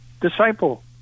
disciple